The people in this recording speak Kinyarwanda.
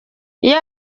iyo